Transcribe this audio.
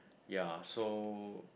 ya so